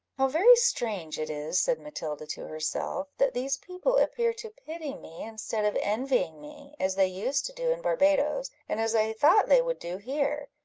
how very strange it is, said matilda to herself, that these people appear to pity me, instead of envying me, as they used to do in barbadoes, and as i thought they would do here!